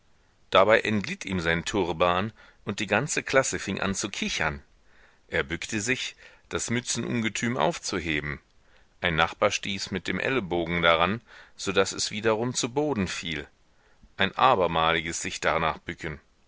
dabei entglitt ihm sein turban und die ganze klasse fing an zu kichern er bückte sich das mützenungetüm aufzuheben ein nachbar stieß mit dem ellenbogen daran so daß es wiederum zu boden fiel ein abermaliges sich darnach bücken